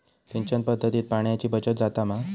सिंचन पध्दतीत पाणयाची बचत जाता मा?